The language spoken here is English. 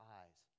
eyes